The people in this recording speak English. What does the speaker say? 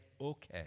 okay